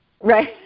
Right